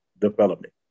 development